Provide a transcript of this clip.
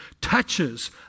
touches